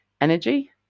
energy